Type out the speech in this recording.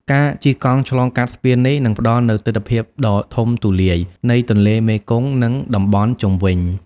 ការជិះកង់ឆ្លងកាត់ស្ពាននេះ នឹងផ្តល់នូវទិដ្ឋភាពដ៏ធំទូលាយនៃទន្លេមេគង្គ និងតំបន់ជុំវិញ។